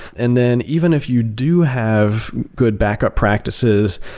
and then even if you do have good backup practices,